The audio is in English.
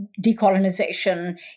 decolonization